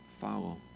Follow